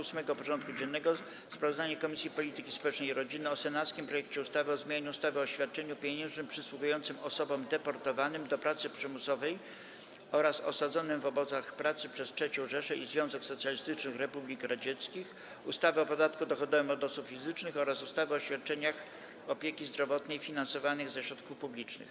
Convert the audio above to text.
Powracamy do rozpatrzenia punktu 8. porządku dziennego: Sprawozdanie Komisji Polityki Społecznej i Rodziny o senackim projekcie ustawy o zmianie ustawy o świadczeniu pieniężnym przysługującym osobom deportowanym do pracy przymusowej oraz osadzonym w obozach pracy przez III Rzeszę i Związek Socjalistycznych Republik Radzieckich, ustawy o podatku dochodowym od osób fizycznych oraz ustawy o świadczeniach opieki zdrowotnej finansowanych ze środków publicznych.